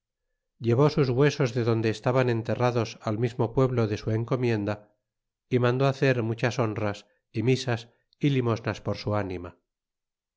llevó sus huesos de donde estaban enterrados al mismo pueblo de su encomienda y mandó hacer muchas honras y misas y limosnas por su ánima